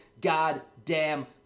goddamn